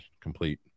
complete